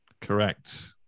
Correct